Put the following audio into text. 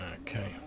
Okay